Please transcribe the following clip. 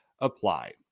apply